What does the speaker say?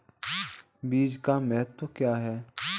बीज का महत्व क्या है?